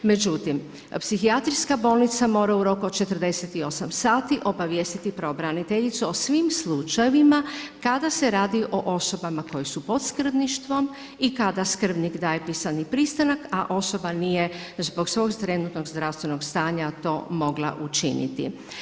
Međutim, psihijatrijska bolnica mora u roku od 48 sati obavijestiti pravobraniteljicu o svim slučajevima kada se radi o osobama koje su pod skrbništvom i kada skrbnik daje pisani pristanak a osoba nije zbog svog trenutnog zdravstvenog stanja to mogla učiniti.